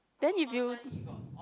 then if you